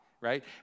right